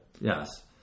Yes